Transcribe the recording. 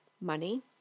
money